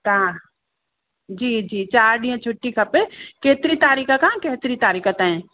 जी जी चारि ॾीअं छुट्टी खपे केतिरी तारीख़ खां केतिरी तारीख़ ताईं